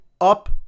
up